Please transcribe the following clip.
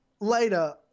later